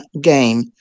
game